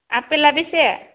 आफेला बेसे